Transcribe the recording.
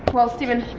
well, stephen,